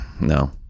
No